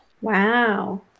wow